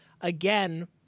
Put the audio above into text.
again